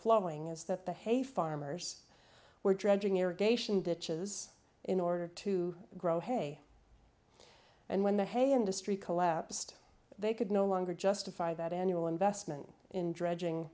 flowing is that the hay farmers were dredging irrigation ditches in order to grow hay and when the hay industry collapsed they could no longer justify that annual investment in dredging